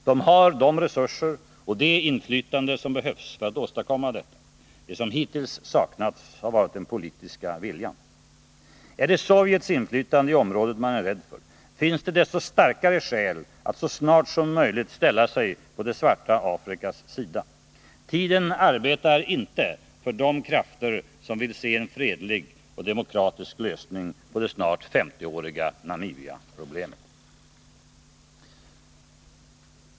De har de resurser och det inflytande som behövs för att åstadkomma detta. Det som hittills saknats har varit den politiska viljan. Ärdet Sovjets inflytande i området man är rädd för finns det desto starkare skäl att så snart som möjligt ställa sig på det svarta Afrikas sida. Tiden arbetar inte för de krafter som vill se en fredlig och demokratisk lösning på det snart 50-åriga Namibiaproblemet.